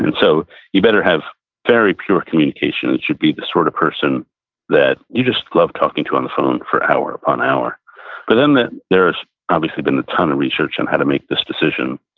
and so you better have very pure communication. it should be the sort of person that you just love talking to on the phone for hour upon hour but then then there has obviously been a ton of research on how to make this decision,